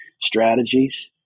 strategies